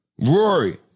Rory